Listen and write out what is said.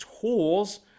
tools